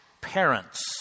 parents